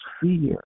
fear